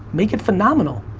make it phenomenal.